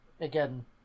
again